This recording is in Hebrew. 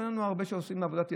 אין לנו הרבה שעושים עבודת ידיים,